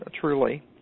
truly